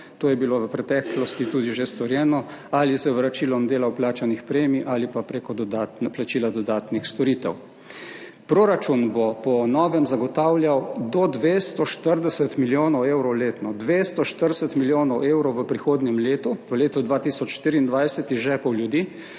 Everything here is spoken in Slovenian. To je bilo v preteklosti tudi že storjeno ali z vračilom dela vplačanih premij ali pa preko dodatna plačila dodatnih storitev. Proračun bo po novem zagotavljal do 240 milijonov evrov letno, 240 milijonov evrov v prihodnjem letu, v letu 2024 iz žepov ljudi,